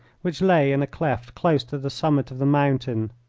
which lay in a cleft close to the summit of the mountain.